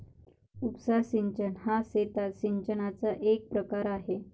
उपसा सिंचन हा शेतात सिंचनाचा एक प्रकार आहे